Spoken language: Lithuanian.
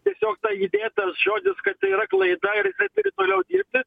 tiesiog tai įdėtas žodis kad tai yra klaida ir jisai turi toliau dirbti